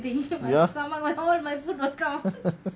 ya